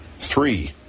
three